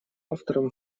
автором